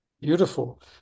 Beautiful